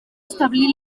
establí